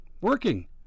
Working